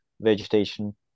vegetation